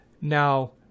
now